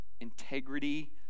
integrity